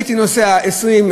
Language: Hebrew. הייתי נוסע 20,